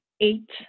eight